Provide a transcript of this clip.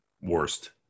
worst